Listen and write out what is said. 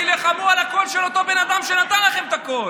תילחמו על הקול של אותו בן אדם שנתן לכם את הקול.